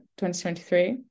2023